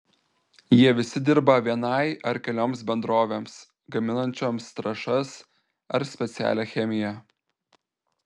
jie visi dirba vienai ar kelioms bendrovėms gaminančioms trąšas ar specialią chemiją